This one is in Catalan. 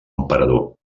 emperador